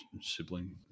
sibling